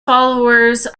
followers